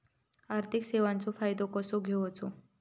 आर्थिक सेवाचो फायदो कसो घेवचो?